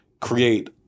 create